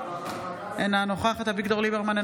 אינה נוכחת אביגדור ליברמן,